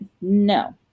no